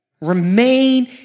Remain